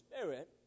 spirit